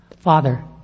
Father